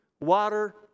water